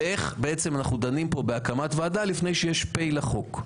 ואיך אנחנו דנים פה בהקמת ועדה לפני שיש פ' לחוק.